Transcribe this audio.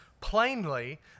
plainly